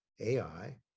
AI